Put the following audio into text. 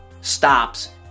stops